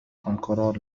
القرار